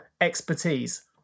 expertise